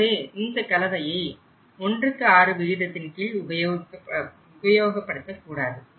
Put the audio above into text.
எனவே இந்த கலவையை 16 விகிதத்தின் கீழ் உபயோகப்படுத்தக் கூடாது